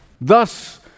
thus